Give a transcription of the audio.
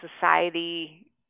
society